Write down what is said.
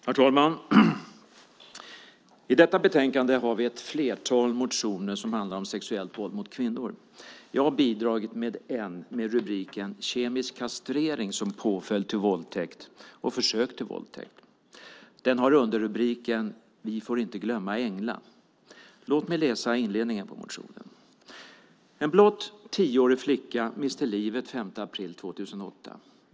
Herr talman! I detta betänkande har vi ett flertal motioner som handlar om sexuellt våld mot kvinnor. Jag har bidragit med en med rubriken Kemisk kastrering som påföljd till våldtäkt. Den börjar med raden: "Vi får inte glömma Engla!" I inledningen står det: En blott tioårig flicka miste livet den 5 april 2008.